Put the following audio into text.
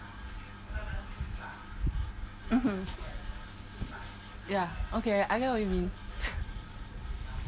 mmhmm ya okay I get what you mean